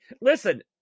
Listen